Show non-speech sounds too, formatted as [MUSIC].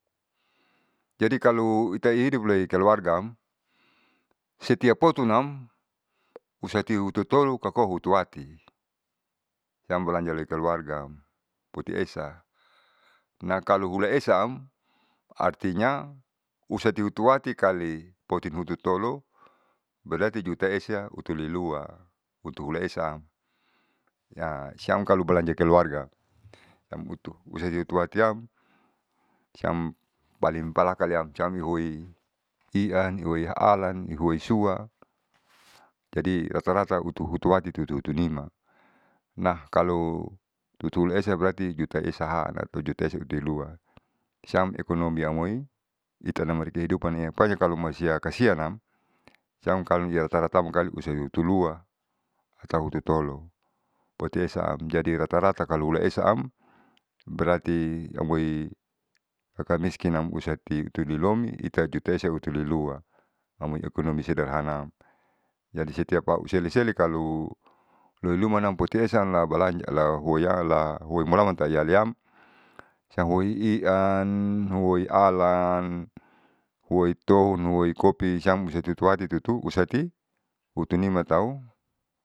Jadi kalu ita hidup loi keluargaam setiap potunam ustihututolu kakohutuati siam balanjaloi keluargam puti esa. Nah kalo hulaesaam artinya husahutuati kali potimhututolo berati juta esa utuli lua utu ulaesa am [HESITATION] siam kalo balanja keluargaam siam utu husahutuatiam siam palin palaka liam siam ihuoi ian, ihuoi alan, ihuoi sua. Jadi rata rata hutuati tutu hutunima nah kalo tutuhulaesa berati juta esahaan juta esa berati lua. Siam ekonomi amoi itanam amori kehidupan pokonya kalo masih kasianam siam kalo di rata rata hutulua atau hututolo potiesaam kalo hulaesaam berari amoi kakamiskin am usati utulilomi ita tutu esalilua amoi ekonomi sederhana jadi setiap au seli seli kalo loinuma nam potiesa la balanja la hoiala hoimulaman tau yaleam siam huoi ian, huoi alan, huoi ton, huoi kopi siam tutuati tutu usati utunima tau.